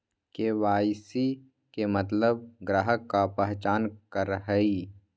KYC के मतलब ग्राहक का पहचान करहई?